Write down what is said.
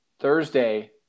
Thursday